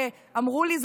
אמרו לי,